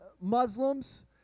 Muslims